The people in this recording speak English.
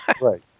Right